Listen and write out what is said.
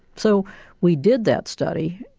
so we did that study,